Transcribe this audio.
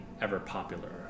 ever-popular